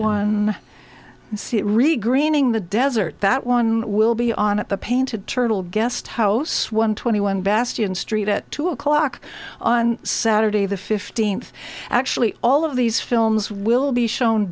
it really greening the desert that one will be on at the painted turtle guest house one twenty one bastion street at two o'clock on saturday the fifteenth actually all of these films will be shown